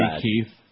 Keith